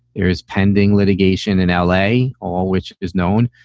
there is pending litigation in l a, all which is known.